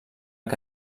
que